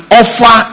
offer